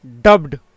dubbed